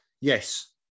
Yes